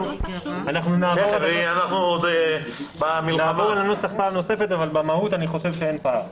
אנחנו נעבור על הנוסח פעם נוספת אבל במהות אני חושב שאין פער.